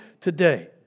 today